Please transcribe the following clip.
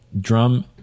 drum